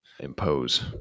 impose